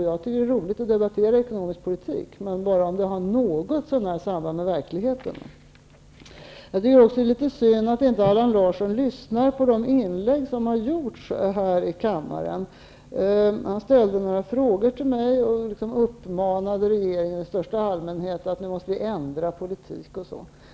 Jag tycker att det är roligt att debattera ekonomisk politik, men bara om det som tas upp har något samband med verkligheten. Det är också litet synd att inte Allan Larsson lyssnat på de inlägg som har gjorts här i kammaren. Han ställde några frågor till mig och uppmanade regeringen i största allmänhet att ändra politik.